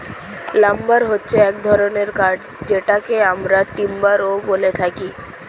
lumber হচ্ছে এক ধরনের কাঠ যেটাকে আমরা টিম্বারও বলে থাকি